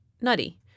nutty